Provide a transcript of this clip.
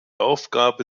aufgabe